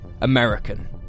American